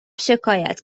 شکایت